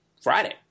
friday